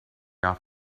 off